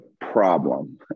problem